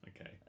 okay